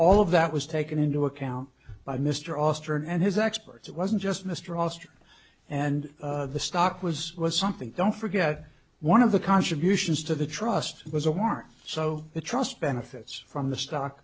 all of that was taken into account by mr auster and his experts it wasn't just mr auster and the stock was was something don't forget one of the contributions to the trust was a war so the trust benefits from the stock